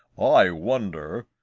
i wonder,